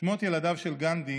שמות ילדיו של גנדי